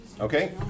Okay